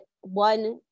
one